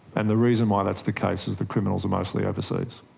and the reason why that's the case is that criminals are mostly overseas.